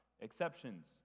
exceptions